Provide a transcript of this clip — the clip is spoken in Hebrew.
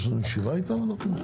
יש לנו ישיבה איתם?